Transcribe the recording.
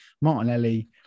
Martinelli